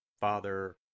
Father